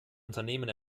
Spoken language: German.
unternehmen